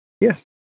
yes